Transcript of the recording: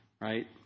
Right